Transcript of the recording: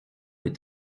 plus